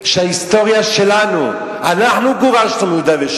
מי שיוצר ואקום מזמין את האיומים האלה,